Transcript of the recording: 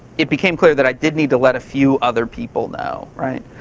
it became clear that i did need to let a few other people know, right,